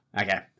Okay